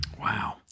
Wow